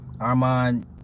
Armand